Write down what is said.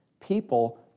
People